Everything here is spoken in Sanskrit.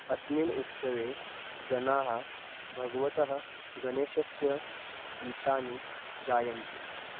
अस्मिन् उत्सवे जनाः भगवतः गणेशस्य गीतानि गायन्ति